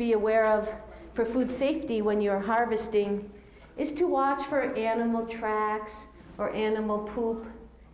be aware of for food safety when you're harvesting is to watch for animal tracks or animal pool